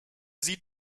sieht